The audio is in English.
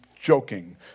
joking